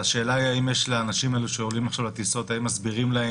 השאלה היא האם לאנשים האלה שעולים עכשיו לטיסות מסבירים,